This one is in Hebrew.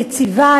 יציבה,